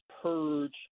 purge